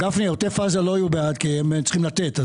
עוטף זה לא יהינו בעד כי הם צריכים לתת.